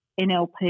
NLP